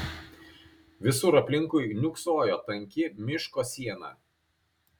visur aplinkui niūksojo tanki miško siena